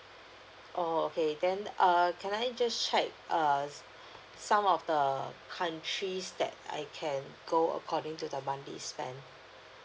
oh okay then err can I just check err some of the countries that I can go according to the monthly spend